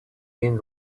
been